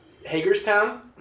Hagerstown